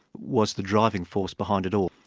was the driving force behind it all.